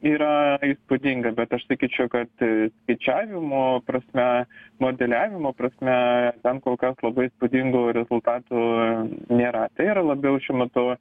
yra įspūdinga bet aš sakyčiau kad skaičiavimo prasme modeliavimo prasme ten kol kas labai įspūdingų rezultatų nėra tai yra labiau šiuo metu